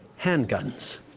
handguns